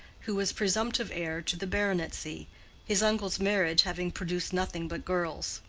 who was presumptive heir to the baronetcy, his uncle's marriage having produced nothing but girls.